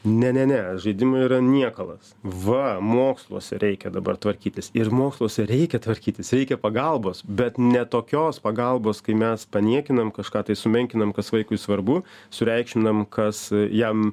ne ne ne žaidimai yra niekalas va moksluose reikia dabar tvarkytis ir moksluose reikia tvarkytis reikia pagalbos bet ne tokios pagalbos kai mes paniekinam kažką tai sumenkinam kas vaikui svarbu sureikšminam kas jam